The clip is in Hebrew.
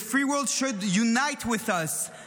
The free world should unite with us,